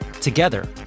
together